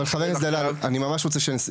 אבל חברים, אני ממש רוצה שנתקדם.